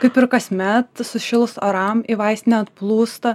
kaip ir kasmet sušilus oram į vaistinę atplūsta